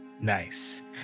Nice